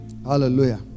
Hallelujah